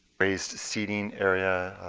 raised seating area